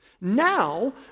Now